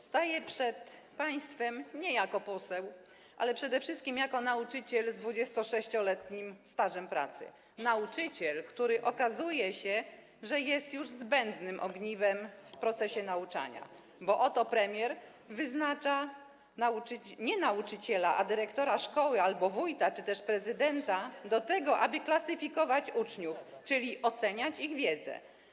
Staję przed państwem nie jako poseł, ale przede wszystkim jako nauczyciel z 26-letnim stażem pracy, nauczyciel, który - okazuje się - jest już zbędnym ogniwem w procesie nauczania, bo oto premier wyznacza nie nauczyciela, ale dyrektora szkoły albo wójta czy też prezydenta do tego, aby klasyfikować uczniów, czyli oceniać ich wiedzę.